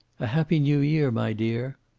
a happy new-year, my dear.